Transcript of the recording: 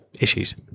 issues